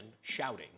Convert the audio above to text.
shouting